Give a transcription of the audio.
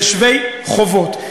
ושווי חובות.